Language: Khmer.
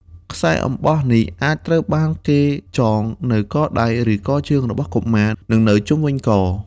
ខ្សែអំបោះនេះអាចត្រូវបានគេចងនៅកដៃ ឬកជើងរបស់កុមារ និងនៅជុំវិញក។